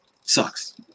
sucks